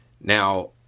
Now